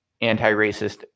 Anti-racist